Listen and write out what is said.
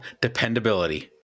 Dependability